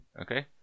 Okay